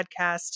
Podcast